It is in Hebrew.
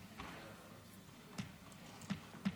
מירב כהן.